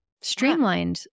streamlined